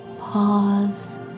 Pause